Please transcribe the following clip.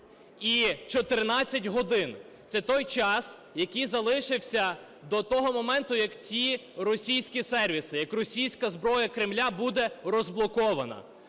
і 14 годин – це той час, який залишився до того моменту, як ці російські сервіси, як російська зброя Кремля буде розблокована.